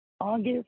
August